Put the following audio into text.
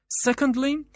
Secondly